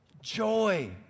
Joy